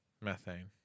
Methane